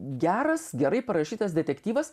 geras gerai parašytas detektyvas